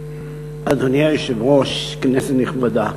אדוני היושב ראש, כנסת נכבדה,